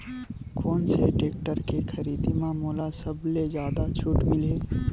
कोन से टेक्टर के खरीदी म मोला सबले जादा छुट मिलही?